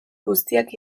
guztiak